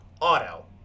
auto